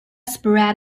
spread